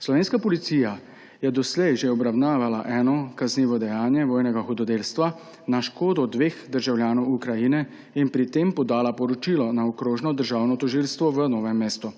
Slovenska Policija je doslej že obravnavala eno kaznivo dejanje vojnega hudodelstva na škodo dveh državljanov Ukrajine in pri tem podala poročilo na Okrožno državno tožilstvo v Novem mestu.